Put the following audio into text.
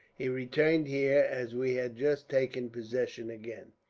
he returned here, as we had just taken possession again.